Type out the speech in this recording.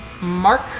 Mark